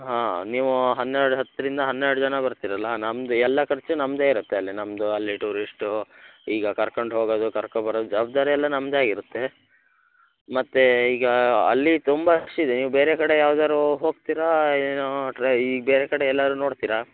ಹಾಂ ನೀವು ಹನ್ನೆರಡು ಹತ್ತರಿಂದ ಹನ್ನೆರಡು ಜನ ಬರ್ತೀರಲ್ಲ ನಮ್ದು ಎಲ್ಲ ಖರ್ಚು ನಮ್ಮದೆ ಇರುತ್ತೆ ಅಲ್ಲಿ ನಮ್ಮದು ಅಲ್ಲಿ ಟೂರಿಸ್ಟು ಈಗ ಕರ್ಕಂಡು ಹೋಗೋದು ಕರ್ಕೋ ಬರೋದು ಜವಾಬ್ದಾರಿ ಎಲ್ಲ ನಮ್ಮದೆ ಆಗಿರುತ್ತೆ ಮತ್ತೆ ಈಗ ಅಲ್ಲಿ ತುಂಬ ರಶ್ ಇದೆ ನೀವು ಬೇರೆ ಕಡೆ ಯಾವ್ದಾರು ಹೋಗ್ತೀರಾ ಏನು ಟ್ರ ಈಗ ಬೇರೆ ಕಡೆ ಎಲ್ಲಾದ್ರು ನೋಡ್ತೀರಾ